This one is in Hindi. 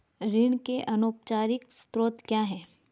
ऋण के अनौपचारिक स्रोत क्या हैं?